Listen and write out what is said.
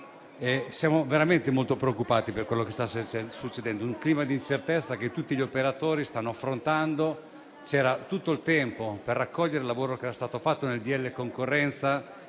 siamo veramente molto preoccupati per quello che sta succedendo in un clima di incertezza che tutti gli operatori stanno affrontando. C'era tutto il tempo per raccogliere il lavoro che era stato fatto nel disegno